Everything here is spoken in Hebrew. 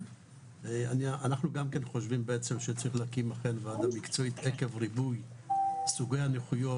אנחנו גם חושבים שצריכים להקים ועדה מקצועית עקב ריבוי סוגי הנכויות